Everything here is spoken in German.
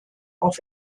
auf